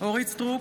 אורית מלכה סטרוק,